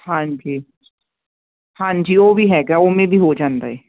ਹਾਂਜੀ ਹਾਂਜੀ ਉਹ ਵੀ ਹੈਗਾ ਉਵੇਂ ਵੀ ਹੋ ਜਾਂਦਾ ਏ